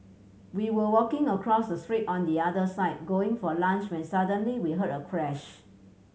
we were walking across the street on the other side going for lunch when suddenly we heard a crash